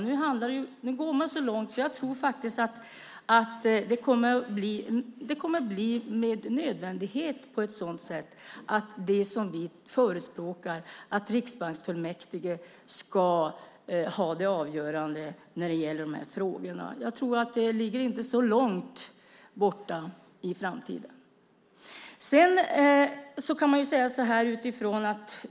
Nu går man så långt att jag tror att det blir med nödvändighet, som vi förespråkar, som Riksbanksfullmäktige ska ha avgörandet i de här frågorna. Jag tror att det inte ligger så långt bort i framtiden.